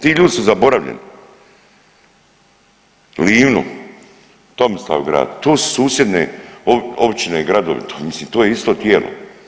Ti ljudi su zaboravljeni Livno, Tomislavgrad to su susjedne općine, gradovi, mislim to je isto tijelo.